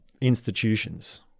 institutions